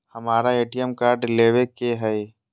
हमारा ATM card लेव के हई